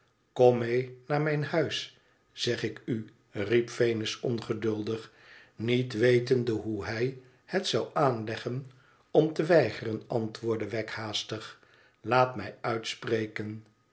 kom mee naar mijn huis zeg ik u riep venus ongeduldig niet wetende hoe hij het zou aanleggen om te weigeren antwoordde wegg haastig laat mij uitspreken